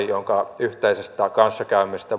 jonka yhteisestä kanssakäymisestä